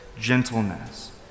gentleness